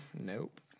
nope